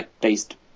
based